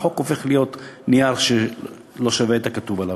החוק הופך להיות נייר שלא שווה את הכתוב עליו.